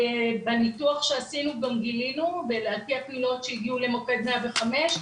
בניתוח שעשינו גם גילינו לפי הקריאות שהגיעו למוקד 105,